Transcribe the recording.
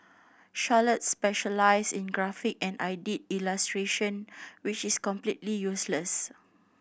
Charlotte specialised in graphic and I did illustration which is completely useless